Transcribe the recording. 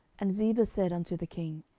and ziba said unto the king,